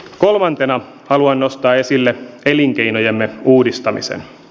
kolmantena haluan nostaa esille elinkeinojemme uudistamisen